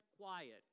quiet